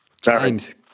James